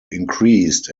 increased